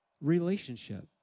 relationship